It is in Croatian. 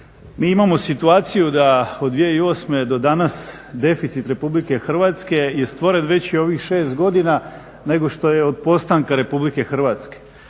Mi imamo situaciju da od 2008. do danas deficit Republike Hrvatske je stvoren veći u ovih 6 godina nego što je od postanka Republike Hrvatske.